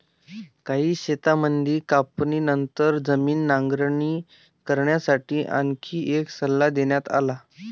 काही खेड्यांमध्ये कापणीनंतर जमीन नांगरणी करण्यासाठी आणखी एक सल्ला देण्यात आला